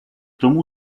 tomu